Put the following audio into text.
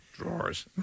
Drawers